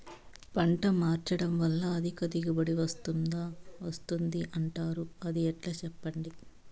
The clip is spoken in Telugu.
పంట మార్చడం వల్ల అధిక దిగుబడి వస్తుందని అంటారు అది ఎట్లా సెప్పండి